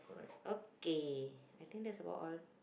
okay I think that's about all